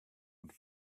and